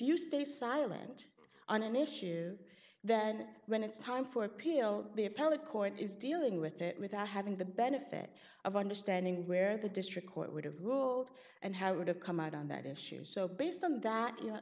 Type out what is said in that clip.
you stay silent on an issue then when it's time for appeal the appellate court is dealing with it without having the benefit of understanding where the district court would have ruled and how to come out on that issue so based on that you know